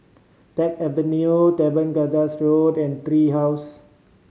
Teck Avenue Teban Gardens Road and Tree House